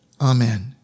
amen